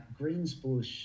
Greensbush –